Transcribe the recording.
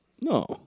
No